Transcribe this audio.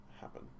happen